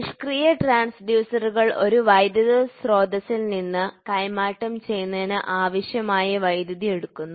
നിഷ്ക്രിയ ട്രാൻസ്ഡ്യൂസറുകൾ ഒരു വൈദ്യുത സ്രോതസ്സിൽ നിന്ന് കൈമാറ്റം ചെയ്യുന്നതിന് ആവശ്യമായ വൈദ്യുതി എടുക്കുന്നു